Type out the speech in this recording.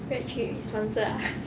grad trip you sponsor ah